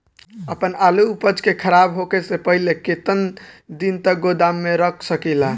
आपन आलू उपज के खराब होखे से पहिले केतन दिन तक गोदाम में रख सकिला?